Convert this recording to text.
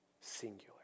singular